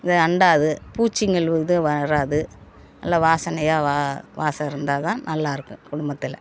இது அண்டாது பூச்சிங்கள் வந்து வராது நல்ல வாசனையாக வ வாசம் இருந்தால் தான் நல்லாயிருக்கும் குடும்பத்தில்